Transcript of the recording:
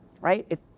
right